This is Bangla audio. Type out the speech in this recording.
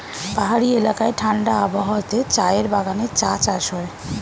পাহাড়ি এলাকায় ঠাণ্ডা আবহাওয়াতে চায়ের বাগানে চা চাষ হয়